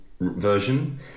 version